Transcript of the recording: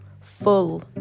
Full